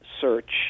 search